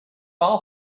all